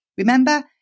Remember